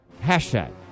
hashtag